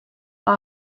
our